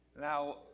Now